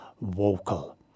vocal